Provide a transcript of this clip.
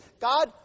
God